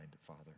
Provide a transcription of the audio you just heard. Father